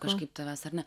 kažkaip tavęs ar ne